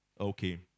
Okay